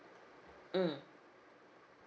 mm